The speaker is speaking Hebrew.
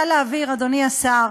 אני רוצה להבהיר, אדוני השר,